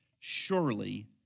Surely